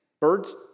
birds